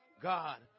God